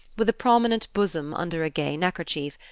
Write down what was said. with a prominent bosom under a gay neckerchief,